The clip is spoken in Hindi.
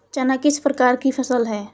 चना किस प्रकार की फसल है?